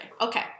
Okay